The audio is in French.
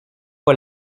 pas